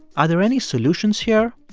are there any solutions here?